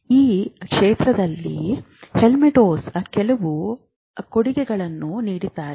ಈ ಕ್ಷೇತ್ರದಲ್ಲಿ ಹೆಲ್ಮ್ಹೋಲ್ಟ್ಜ್ಹೆ ಕೆಲವು ಕೊಡುಗೆಗಳನ್ನು ನೀಡಿದ್ದಾರೆ